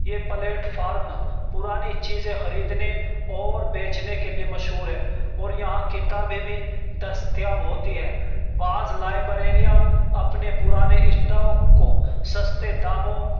یہ platform پرانی چیزیں خریدنے اور بیچنے کے لیے مشہور ہے اور یہاں کتابیں بھی دستیاب ہوتی ہیں بعض لائبریریاں اپنے پرانے اسٹاک کو سستے داموں